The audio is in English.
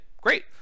great